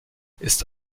ist